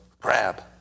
crab